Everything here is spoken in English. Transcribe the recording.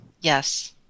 Yes